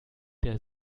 der